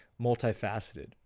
multifaceted